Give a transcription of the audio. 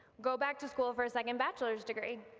go back to school for a second bachelor's degree.